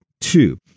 Two